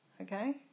Okay